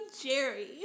jerry